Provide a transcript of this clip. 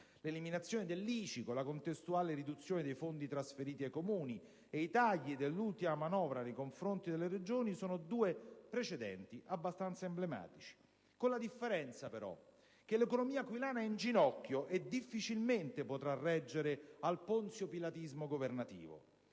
L'eliminazione dell'ICI con la contestuale riduzione dei fondi trasferiti ai Comuni e i tagli dell'ultima manovra nei confronti delle Regioni sono due precedenti abbastanza emblematici, con la differenza però che l'economia aquilana è in ginocchio e difficilmente potrà reggere al «ponziopilatismo» governativo.